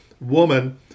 woman